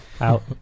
out